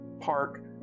park